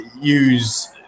use